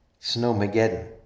snowmageddon